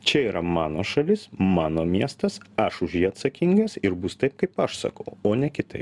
čia yra mano šalis mano miestas aš už jį atsakingas ir bus taip kaip aš sakau o ne kitaip